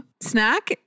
Snack